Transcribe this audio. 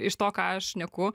iš to ką aš šneku